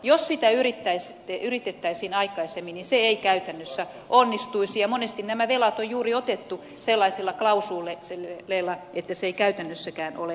jos sitä yritettäisiin aikaisemmin niin se ei käytännössä onnistuisi ja monesti nämä velat on juuri otettu sellaisilla klausuuleilla että se ei käytännössäkään ole mahdollista